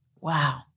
Wow